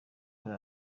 kuri